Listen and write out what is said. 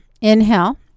inhale